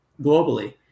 globally